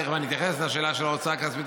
תכף אני אתייחס לשאלה של ההוצאה הכספית,